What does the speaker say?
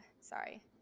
Sorry